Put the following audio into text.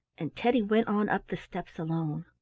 and teddy went on up the steps along.